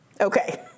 Okay